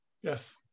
Yes